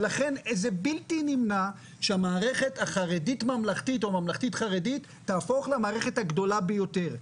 ולכן זה בלתי נמנע שהמערכת הממלכתית-חרדית תהפוך למערכת הגדולה ביותר.